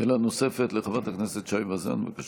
שאלה נוספת לחברת הכנסת שי וזאן, בבקשה.